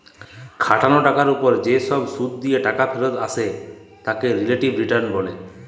খাটাল টাকার উপর যে সব শুধ দিয়ে টাকা ফেরত আছে রিলেটিভ রিটারল